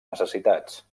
necessitats